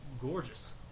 gorgeous